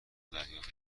دریافت